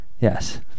yes